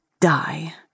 die